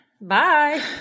Bye